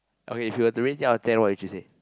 okay if you were to rate it out of ten what would you say